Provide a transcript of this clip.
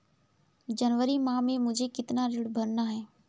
जनवरी माह में मुझे कितना ऋण भरना है?